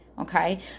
Okay